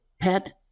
pet –